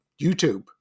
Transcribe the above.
YouTube